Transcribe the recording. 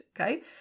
Okay